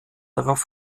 darauf